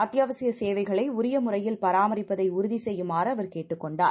அத்தியாவசிய சேவைகளைஉரியமுறையில்பராமரிப்பதைஉறுதிசெய்யுமாறுஅவர்கேட்டுக் கொண்டார்